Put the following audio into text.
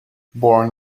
born